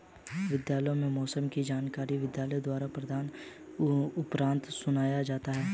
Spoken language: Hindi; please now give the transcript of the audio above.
विद्यालयों में मौसम की जानकारी विद्यार्थियों द्वारा प्रार्थना उपरांत सुनाया जाता है